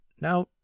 Now